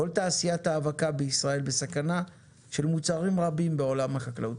כל תעשיית ההאבקה בישראל בסכנה של מוצרים רבים בעולם החקלאות.